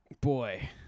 boy